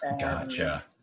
Gotcha